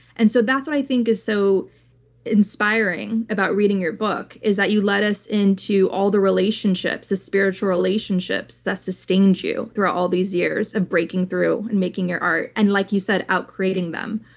and so that's what i think is so inspiring about reading your book is that you let us into all the relationships, the spiritual relationships, that sustained you throughout all these years of breaking through and making your art, and like you said, out-creating them.